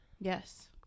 Yes